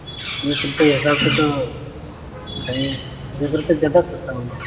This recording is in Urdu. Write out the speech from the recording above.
تیس روپئے کے حساب سے تو تیس روپئے زیادہ سستا ہو گیا